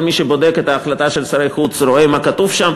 כל מי שבודק את ההחלטה של שרי החוץ ורואה מה כתוב שם,